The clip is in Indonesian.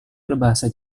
berbahasa